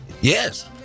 Yes